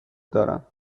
دارم